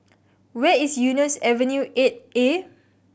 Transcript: where is Eunos Avenue Eight A